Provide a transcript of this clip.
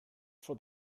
for